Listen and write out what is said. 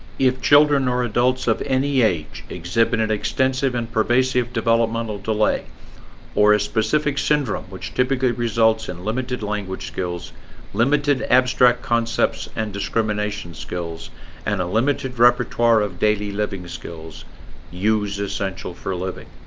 if children are adults of any age age exhibit an extensive and pervasive developmental delay or a specific syndrome which typically results in limited language skills limited abstract concepts and discrimination skills and a limited repertoire of daily living skills use essential for living